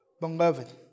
beloved